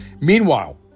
Meanwhile